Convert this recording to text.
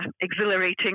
exhilarating